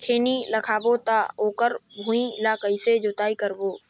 खैनी लगाबो ता ओकर भुईं ला कइसे जोताई करबो?